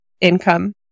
income